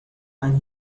and